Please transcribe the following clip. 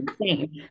insane